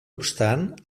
obstant